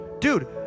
Dude